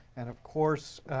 and of course,